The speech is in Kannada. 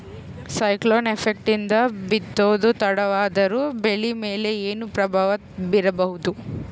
ಸೈಕ್ಲೋನ್ ಎಫೆಕ್ಟ್ ನಿಂದ ಬಿತ್ತೋದು ತಡವಾದರೂ ಬೆಳಿ ಮೇಲೆ ಏನು ಪ್ರಭಾವ ಬೀರಬಹುದು?